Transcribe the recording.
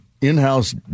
In-house